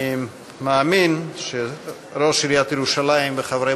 אני מאמין שראש עיריית ירושלים וחברי